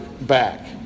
back